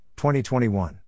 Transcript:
2021